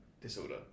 disorder